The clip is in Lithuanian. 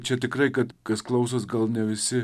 čia tikrai kad kas klausos gal ne visi